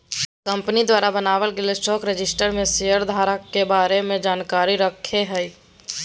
company द्वारा बनाल गेल स्टॉक रजिस्टर में शेयर धारक के बारे में जानकारी रखय हइ